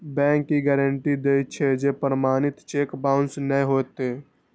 bank ई guarantee दै छै, जे प्रमाणित चेक बाउंस नै हेतै